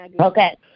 Okay